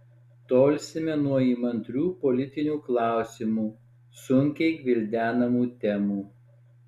tolsime nuo įmantrių politinių klausimų sunkiai gvildenamų temų